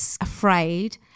afraid